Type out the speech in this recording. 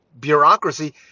bureaucracy